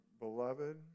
beloved